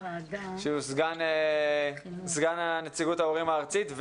סגן נציגות ההורים הארצית,